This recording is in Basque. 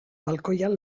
balkoian